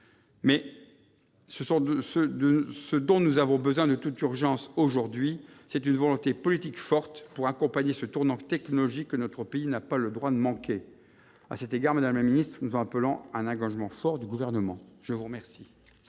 Ce dont nous avons besoin de toute urgence aujourd'hui, c'est d'une volonté politique forte pour accompagner ce tournant technologique que notre pays n'a pas le droit de manquer. À cet égard, madame la secrétaire d'État, nous en appelons à un engagement fort du Gouvernement. La parole